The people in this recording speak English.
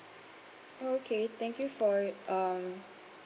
okay thank you for y~ um